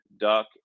Duck